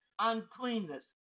uncleanness